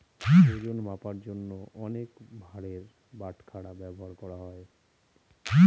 ওজন মাপার জন্য অনেক ভারের বাটখারা ব্যবহার করা হয়